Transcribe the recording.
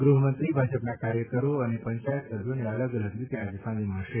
ગૃહમંત્રી ભાજપના કાર્યકરો અને પંચાયત સભ્યોને અલગ અલગ રીતે સાંજે મળશે